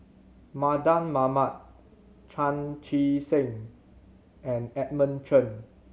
Mardan Mamat Chan Chee Seng and Edmund Chen